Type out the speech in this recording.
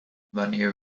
wanneer